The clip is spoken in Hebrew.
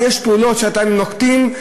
ויש פעולות שאתם נוקטים,